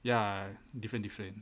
ya different different